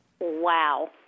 Wow